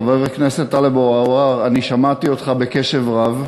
חבר הכנסת טלב אבו עראר, שמעתי אותך בקשב רב,